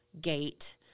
gate